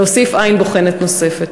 להוסיף עין בוחנת נוספת.